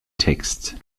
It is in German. text